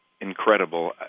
incredible